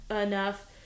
enough